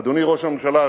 אדוני ראש הממשלה,